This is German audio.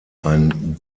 ein